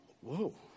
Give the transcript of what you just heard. Whoa